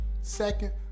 Second